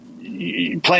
playing